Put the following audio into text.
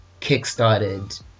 kickstarted